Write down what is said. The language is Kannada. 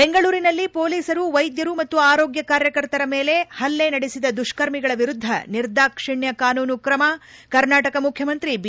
ಬೆಂಗಳೂರಿನಲ್ಲಿ ಪೊಲೀಸರು ವೈದ್ಧರು ಮತ್ತು ಆರೋಗ್ಡ ಕಾರ್ಯಕರ್ತರ ಮೇಲೆ ಹಲ್ಲೆ ನಡೆಸಿದ ದುಷ್ತರ್ಮಿಗಳ ವಿರುದ್ದ ನಿರ್ದಾಕ್ಷಿಣ್ಣ ಕಾನೂನು ಕ್ರಮ ಕರ್ನಾಟಕ ಮುಖ್ಯಮಂತ್ರಿ ಬಿ